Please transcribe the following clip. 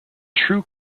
true